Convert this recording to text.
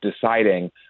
deciding